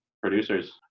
producers